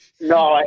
No